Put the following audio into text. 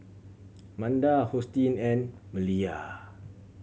Manda Hosteen and Maleah